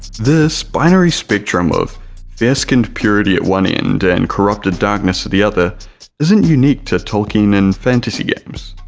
this binary spectrum of fairskinned purity at one end and corrupted darkness at the other isn't unique to tolkien and fantasy games.